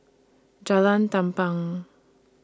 Jalan Tampang